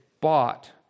bought